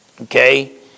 okay